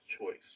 choice